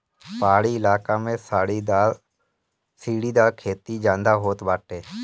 पहाड़ी इलाका में सीढ़ीदार खेती ज्यादा होत बाटे